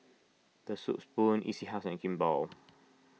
the Soup Spoon E C House and Kimball